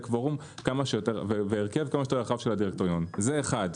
קוורום והרכב כמה שיותר רחב של הדירקטוריון זה אחת.